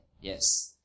yes